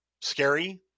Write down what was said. Scary